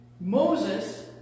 Moses